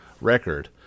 record